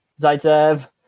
Zaitsev